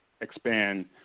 expand